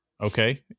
okay